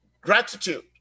gratitude